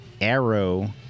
Arrow